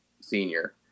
senior